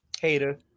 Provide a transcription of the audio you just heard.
hater